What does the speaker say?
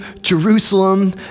Jerusalem